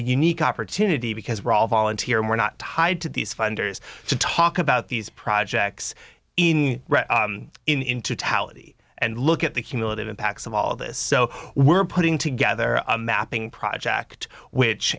unique opportunity because we're all volunteer and we're not tied to these funders to talk about these projects in in two tally and look at the cumulative impacts of all this so we're putting together a mapping project which